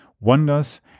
wonders